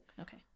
Okay